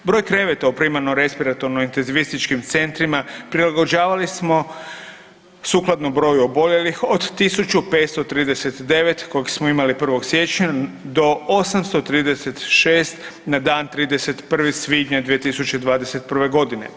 Broj kreveta u primarno-respiratornim intenzivističkim centrima prilagođavali smo sukladno broju oboljelih od 1539 kojeg smo imali 1. siječnja do 836 na dan 31. svibnja 2021. godine.